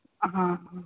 ਹਾਂ ਹਾਂ